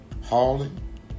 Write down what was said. hauling